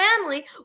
family